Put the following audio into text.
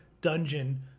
dungeon